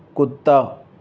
कुत्ता